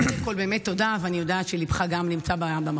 שאלת המשך, בבקשה.